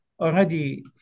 already